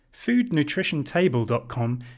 FoodNutritionTable.com